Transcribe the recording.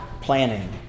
planning